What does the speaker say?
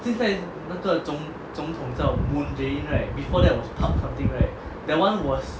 现在那个总总统叫 moon jae in right before that was park something right that [one] was